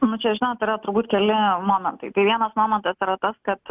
nu čia žinot yra turbūt keli momentai tai vienas momentas yra tas kad